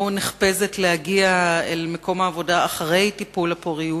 או נחפזת להגיע אל מקום העבודה אחרי טיפול הפוריות,